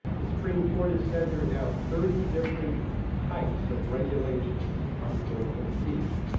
the supreme court has said there are now thirty different types of regulations on political speech.